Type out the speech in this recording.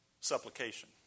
supplication